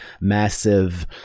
massive